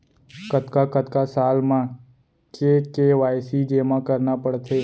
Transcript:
कतका कतका साल म के के.वाई.सी जेमा करना पड़थे?